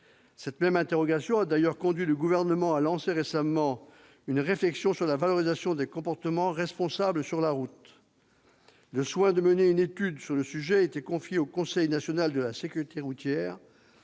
Cette même interrogation a d'ailleurs conduit le Gouvernement à lancer récemment une réflexion sur la valorisation des comportements responsables sur la route. Une étude sur le sujet a été confiée au Conseil national de la sécurité routière